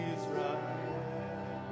Israel